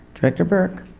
director burke?